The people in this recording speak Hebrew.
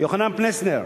יוחנן פלסנר,